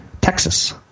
Texas